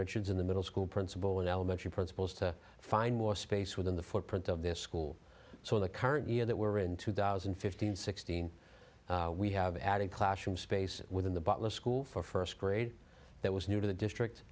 richards in the middle school principal an elementary principals to find more space within the footprint of this school so the current year that we're in two thousand and fifteen sixteen we have added classroom space within the butler school for first grade that was new to the district